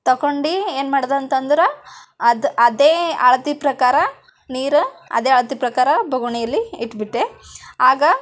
ತೊಗೊಂಡು ಏನು ಮಾಡಿದೆ ಅಂತಂದ್ರೆ ಅದು ಅದೇ ಅಳತೆ ಪ್ರಕಾರ ನೀರು ಅದೇ ಅಳತೆ ಪ್ರಕಾರ ಬೋಗಣಿಯಲ್ಲಿ ಇಟ್ಬಿಟ್ಟೆ ಆಗ